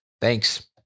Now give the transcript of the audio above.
thanks